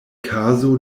kazo